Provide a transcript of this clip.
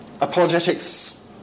apologetics